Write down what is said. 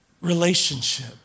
relationship